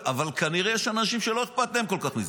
אבל כנראה שיש אנשים שלא אכפת להם כל כך מזה.